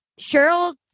Cheryl